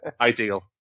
Ideal